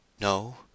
No